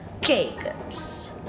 Jacobs